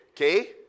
Okay